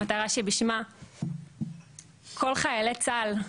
המטרה שבשמה כל חיילי צה"ל,